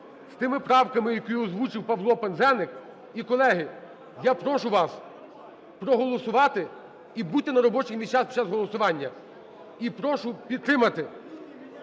з тими правками, які озвучив Павло Пинзеник. І, колеги, я прошу вас проголосувати і бути на робочих місцях під час голосування, і прошу підтримати.